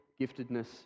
giftedness